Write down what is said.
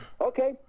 okay